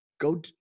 go